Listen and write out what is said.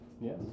yes